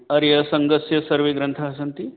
आर्यसङ्घस्य सर्वे ग्रन्थाः सन्ति